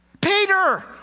Peter